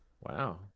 Wow